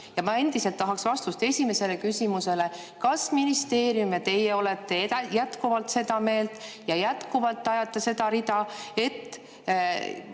Ja ma endiselt tahaks vastust ka esimesele küsimusele: kas ministeerium ja teie olete jätkuvalt seda meelt ja jätkuvalt ajate seda rida, et